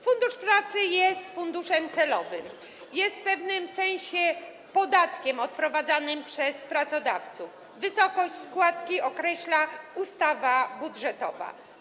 Fundusz Pracy jest funduszem celowym, jest w pewnym sensie podatkiem odprowadzanym przez pracodawców, a wysokość składki określa ustawa budżetowa.